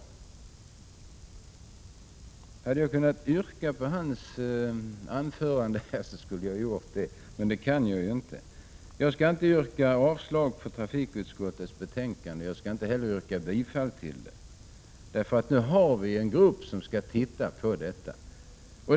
Om jag hade kunnat yrka bifall till hans anförande skulle jag ha gjort det, men det kan jag ju inte. Jag skall inte yrka avslag på trafikutskottets hemställan. Jag skall inte heller yrka bifall till den. Nu har vi ju en grupp som skall titta på detta.